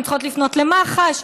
הן צריכות לפנות למח"ש,